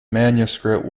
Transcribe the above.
manuscript